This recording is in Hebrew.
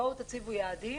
בואו תציבו יעדים,